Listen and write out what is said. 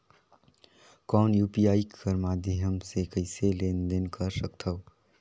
कौन यू.पी.आई कर माध्यम से कइसे लेन देन कर सकथव?